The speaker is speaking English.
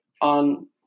On